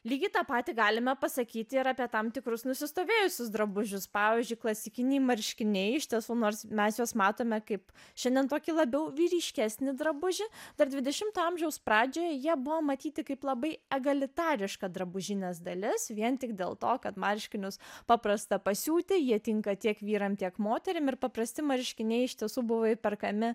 lygiai tą patį galime pasakyti ir apie tam tikrus nusistovėjusius drabužius pavyzdžiui klasikiniai marškiniai iš tiesų nors mes juos matome kaip šiandien tokį labiau vyriškesni drabužį dar dvidešimto amžiaus pradžioje jie buvo matyti kaip labai agalitariška drabužinės dalis vien tik dėl to kad marškinius paprasta pasiūti jie tinka tiek vyram tiek moterim ir paprasti marškiniai iš tiesų buvo įperkami